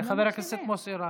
חבר הכנסת מוסי רז.